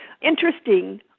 interesting